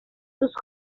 sus